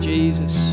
Jesus